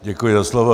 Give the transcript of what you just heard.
Děkuji za slovo.